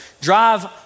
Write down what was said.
drive